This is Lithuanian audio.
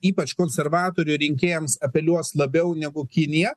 ypač konservatorių rinkėjams apeliuos labiau negu kinija